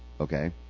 okay